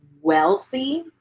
wealthy